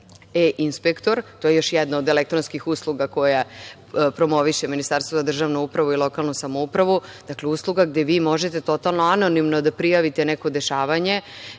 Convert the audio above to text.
E-inspektor. To je još jedna od elektronskih usluga koja promoviše Ministarstvo za državnu upravu i lokalnu samoupravu. Dakle, usluga gde vi možete totalno anonimno da prijavite neko dešavanje,